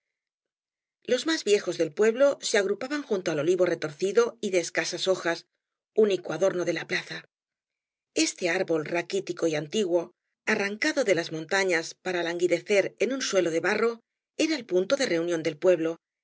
los más viejos del pueblo se agrupaban junto al olivo retorcido y de escasas hojas úaico adorno de la plaza este árbol raquítico y antiguo arrancado de las montañas para languidecer en un suelo de birro era el punto de reunión del pueblo